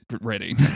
ready